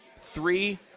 three